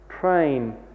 train